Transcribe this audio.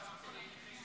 הזכרנו אותך בחוק הקודם,